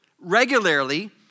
regularly